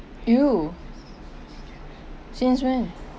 !eeyer! since when